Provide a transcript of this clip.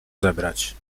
zebrać